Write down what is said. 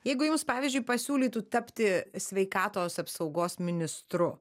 jeigu jus pavyzdžiui pasiūlytų tapti sveikatos apsaugos ministru